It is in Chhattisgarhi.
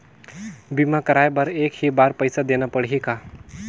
बीमा कराय बर एक ही बार पईसा देना पड़ही का?